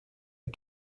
les